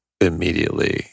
immediately